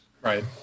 Right